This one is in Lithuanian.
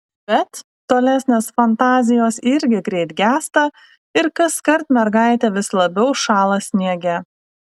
bet tolesnės fantazijos irgi greit gęsta ir kaskart mergaitė vis labiau šąla sniege